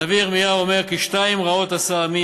הנביא ירמיהו אומר: "כי שתים רעות עשה עמי,